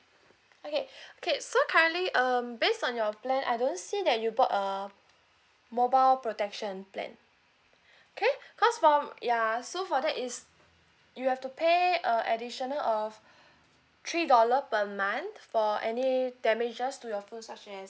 okay okay so currently um based on your plan I don't see that you bought uh mobile protection plan okay cause from ya so for that is you have to pay a additional of three dollar per month for any damages to your phone such as